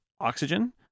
oxygen